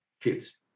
kids